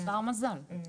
פה אחד.